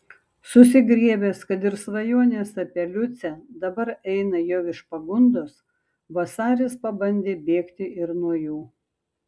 susigriebęs kad ir svajonės apie liucę dabar eina jau iš pagundos vasaris pabandė bėgti ir nuo jų